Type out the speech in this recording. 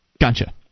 Gotcha